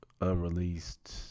unreleased